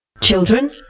Children